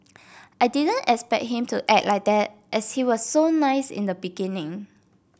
I didn't expect him to act like that as he was so nice in the beginning